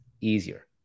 easier